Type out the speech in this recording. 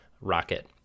Rocket